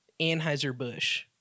Anheuser-Busch